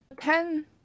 Ten